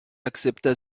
accepta